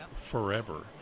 forever